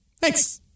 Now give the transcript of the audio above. Thanks